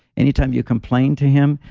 anytime you complain to him,